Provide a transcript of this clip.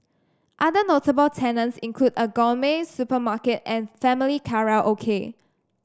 other notable tenants include a gourmet supermarket and family karaoke